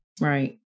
right